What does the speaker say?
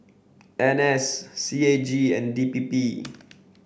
N S C A G and D P P